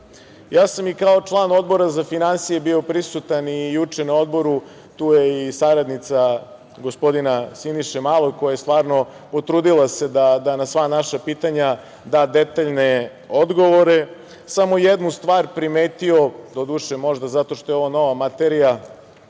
sam i kao član Odbora za finansije bio prisutan juče na Odboru, tu je i saradnica gospodina Siniše Malog, koja se stvarno potrudila da na sva naša pitanja da detaljne odgovore. Samo jednu stvar sam primetio, doduše možda zato što je ovo nova materija,